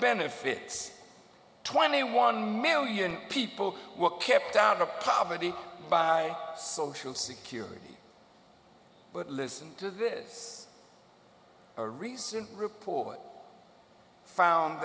benefits twenty one million people were kept out of poverty by social security but listen to this a recent report found